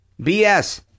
BS